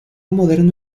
moderno